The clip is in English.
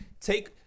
take